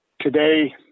Today